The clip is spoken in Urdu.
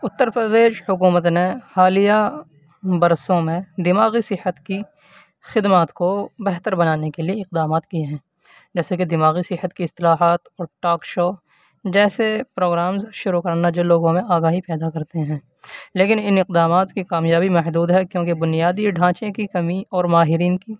اتر پردیش حکومت نے حالیہ برسوں میں دماغی صحت کی خدمات کو بہتر بنانے کے لیے اقدامات کیے ہیں جیسے کہ دماغی صحت کی اصطلاحات اور ٹاک شو جیسے پروگرامز شروع کرنا جو لوگوں میں آگاہی پیدا کرتے ہیں لیکن ان اقدامات کی کامیابی محدود ہے کیونکہ بنیادی ڈھانچے کی کمی اور ماہرین کی